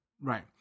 right